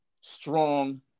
strong